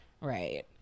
Right